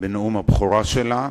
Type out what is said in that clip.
בנאום הבכורה שלה.